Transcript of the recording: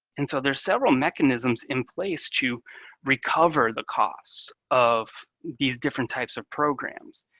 and so there's several mechanism in place to recover the costs of these different types of programs.